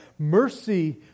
Mercy